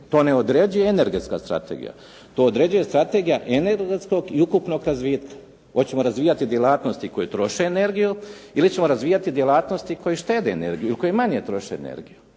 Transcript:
To ne određuje energetska strategija, to određuje strategija energetskog i ukupnog razvitka. Hoćemo razvijati djelatnosti koje troše energiju ili ćemo razvijati djelatnosti koje štede energiju i koje manje troše energiju.